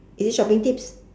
is it shopping tips